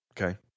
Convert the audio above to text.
okay